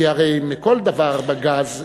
כי הרי מכל דבר בגז,